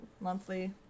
monthly